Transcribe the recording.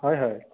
হয় হয়